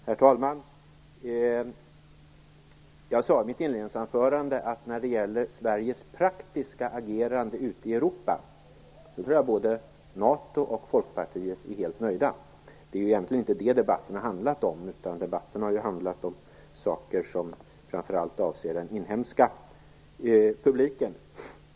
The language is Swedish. Herr talman! Jag sade i mitt inledningsanförande att både NATO och Folkpartiet är nöjda när det gäller Sveriges praktiska agerande ute i Europa. Det är ju egentligen inte det som debatten har handlat om - den har handlat om saker som framför allt avser den inhemska publiken.